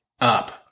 up